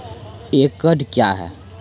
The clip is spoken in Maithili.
एकड कया हैं?